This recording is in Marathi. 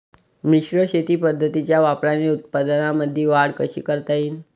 मिश्र शेती पद्धतीच्या वापराने उत्पन्नामंदी वाढ कशी करता येईन?